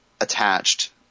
attached